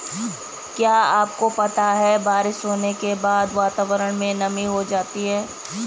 क्या आपको पता है बारिश होने के बाद वातावरण में नमी हो जाती है?